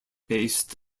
based